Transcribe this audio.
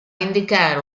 indicare